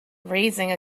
raising